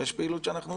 ויש פעילות שאנחנו